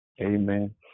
Amen